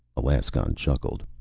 alaskon chuckled.